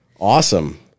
Awesome